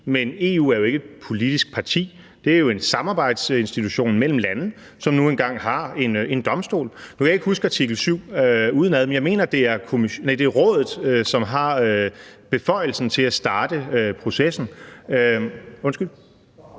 men EU er jo ikke et politisk parti. Det er jo en samarbejdsinstitution mellem lande, som nu engang har en domstol. Nu kan jeg ikke huske artikel 7 udenad, men jeg mener, at det er Rådet, som har beføjelsen til at starte processen. (Søren